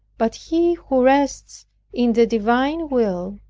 but he who rests in the divine will,